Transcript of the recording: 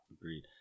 Agreed